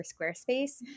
Squarespace